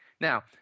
Now